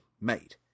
made